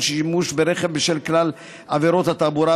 שימוש ברכב בשל כלל עבירות התעבורה,